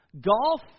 Golf